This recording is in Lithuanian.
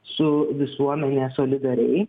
su visuomene solidariai